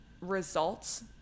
results